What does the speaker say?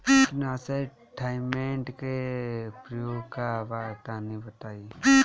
कीटनाशक थाइमेट के प्रयोग का बा तनि बताई?